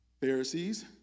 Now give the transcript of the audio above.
Pharisees